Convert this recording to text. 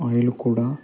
oil కూడా